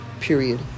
Period